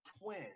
twin